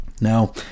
Now